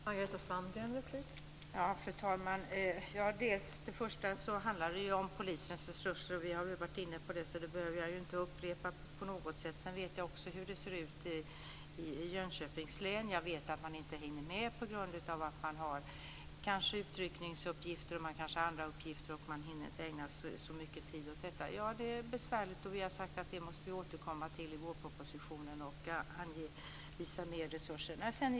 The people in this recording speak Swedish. Fru talman! Det första handlar om polisens resurser. Vi har varit inne på det, så det behöver jag inte upprepa. Jag vet också hur det ser ut i Jönköpings län. Jag vet att man inte hinner med på grund av att man kanske har utryckningsuppgifter eller andra uppgifter. Man hinner inte ägna så mycket tid åt detta. Det är besvärligt. Vi har sagt att vi måste återkomma till det i vårpropositionen och anvisa mer resurser.